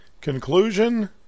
Conclusion